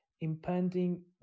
impending